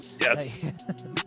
yes